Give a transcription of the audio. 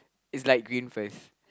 it's like green first